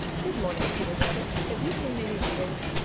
good morning, peter rabbit. have you seen any beetles?